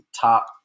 top –